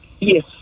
Yes